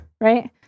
right